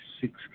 six